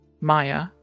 Maya